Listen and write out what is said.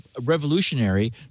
revolutionary